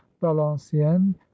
valenciennes